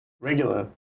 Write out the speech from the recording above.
regular